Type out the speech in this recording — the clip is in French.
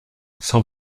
cent